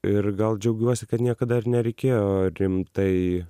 ir gal džiaugiuosi kad niekada ir nereikėjo rimtai